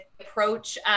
approach